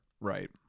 Right